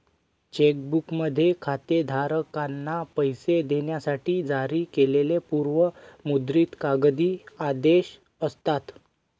check बुकमध्ये खातेधारकांना पैसे देण्यासाठी जारी केलेली पूर्व मुद्रित कागदी आदेश असतात